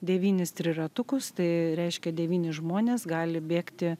devynis triratukus tai reiškia devyni žmonės gali bėgti